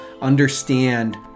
understand